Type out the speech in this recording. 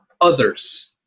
others